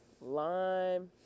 lime